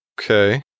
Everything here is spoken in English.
Okay